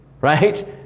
right